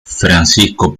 francisco